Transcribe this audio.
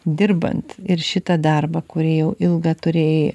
dirbant ir šitą darbą kurį jau ilgą turė